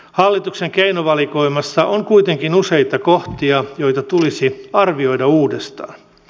hallituksen keinovalikoimassa on kuitenkin useita kohtia joita tulisi arvioida uudestaan